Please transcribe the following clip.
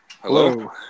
Hello